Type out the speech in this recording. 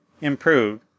improved